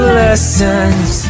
lessons